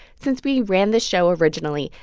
since we ran the show originally,